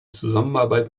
zusammenarbeit